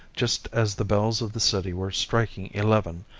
just as the bells of the city were striking eleven,